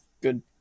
good